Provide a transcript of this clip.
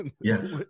Yes